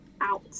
out